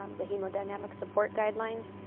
um the hemodynamic support guidelines.